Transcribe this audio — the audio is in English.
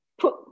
put